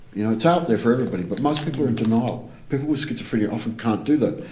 you know it's out there for everybody but most people are in denial, people with schizophrenia often can't do that.